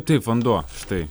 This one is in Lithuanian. taip vanduo štai